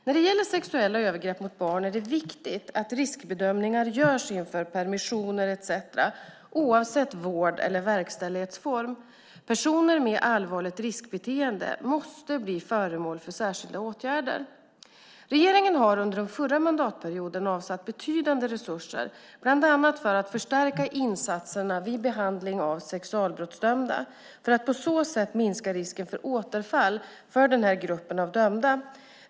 När det gäller sexuella övergrepp mot barn är det viktigt att riskbedömningar görs inför permissioner etcetera oavsett vård eller verkställighetsform. Personer med allvarligt riskbeteende måste bli föremål för särskilda åtgärder. Regeringen avsatte under förra mandatperioden betydande resurser för att bland annat förstärka insatserna vid behandlingen av sexualbrottsdömda för att på så sätt minska risken för återfall för denna grupp av dömda.